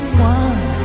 one